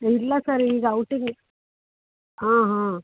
ಇಲ್ಲ ಸರ್ ಈಗ ಔಟಿಂಗ್ ಹಾಂ ಹಾಂ